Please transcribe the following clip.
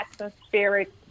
atmospheric